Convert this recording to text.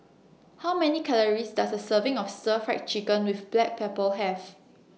How Many Calories Does A Serving of Stir Fried Chicken with Black Pepper Have